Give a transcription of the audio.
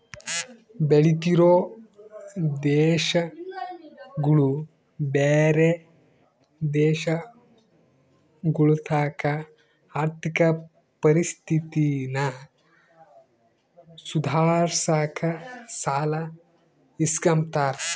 ಬೆಳಿತಿರೋ ದೇಶಗುಳು ಬ್ಯಾರೆ ದೇಶಗುಳತಾಕ ಆರ್ಥಿಕ ಪರಿಸ್ಥಿತಿನ ಸುಧಾರ್ಸಾಕ ಸಾಲ ಇಸ್ಕಂಬ್ತಾರ